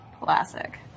Classic